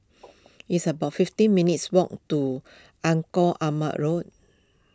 it's about fifty minutes' walk to Engku Aman Road